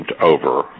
over